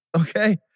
okay